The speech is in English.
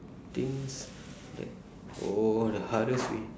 things that oh the hardest way